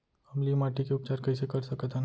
अम्लीय माटी के उपचार कइसे कर सकत हन?